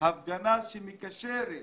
הפגנה שמקשרת